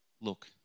Look